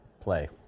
play